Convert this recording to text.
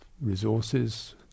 resources